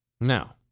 Now